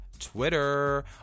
Twitter